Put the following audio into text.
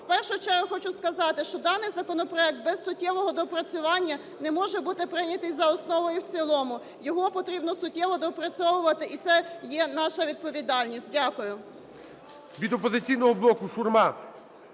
в першу чергу хочу сказати, що даний законопроект без суттєвого доопрацювання не може бути прийнятий за основу і в цілому. Його потрібно суттєво доопрацьовувати, і це є наша відповідальність. Дякую.